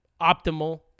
optimal